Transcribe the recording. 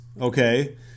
okay –